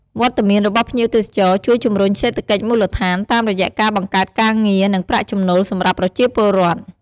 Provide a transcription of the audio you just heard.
វត្តមានរបស់ភ្ញៀវទេសចរជួយជំរុញសេដ្ឋកិច្ចមូលដ្ឋាន តាមរយៈការបង្កើតការងារ និងប្រាក់ចំណូលសម្រាប់ប្រជាពលរដ្ឋ។